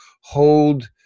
hold